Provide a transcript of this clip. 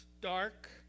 dark